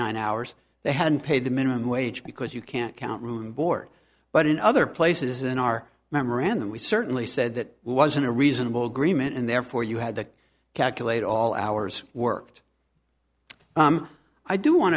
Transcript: nine hours they hadn't paid the minimum wage because you can't count room and board but in other places in our memorandum we certainly said that wasn't a reasonable grima and therefore you had to calculate all hours worked i do want